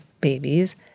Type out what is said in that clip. babies